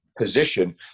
position